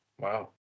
Wow